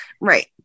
Right